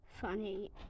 funny